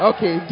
Okay